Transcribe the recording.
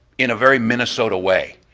in a very minnesota way.